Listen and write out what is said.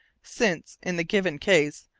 since, in the given case,